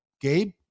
Gabe